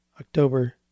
October